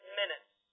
minutes